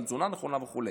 על תזונה נכונה וכו'.